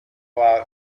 out